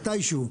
מתישהו,